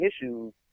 issues